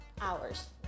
hours